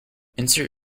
insert